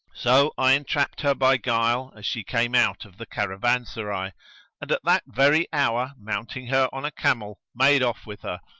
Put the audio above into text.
so i entrapped her by guile as she came out of the caravanserai and at that very hour mounting her on a camel, made off with her,